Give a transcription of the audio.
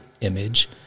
image